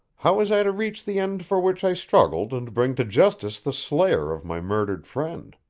how was i to reach the end for which i struggled and bring to justice the slayer of my murdered friend?